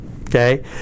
okay